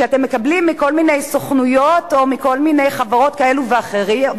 כשאתם מקבלים מכל מיני סוכנויות או מכל מיני חברות כאלה ואחרות